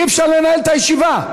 אי-אפשר לנהל את הישיבה.